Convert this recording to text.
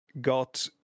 got